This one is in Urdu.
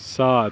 سات